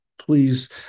please